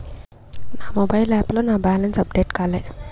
నా మొబైల్ యాప్లో నా బ్యాలెన్స్ అప్డేట్ కాలే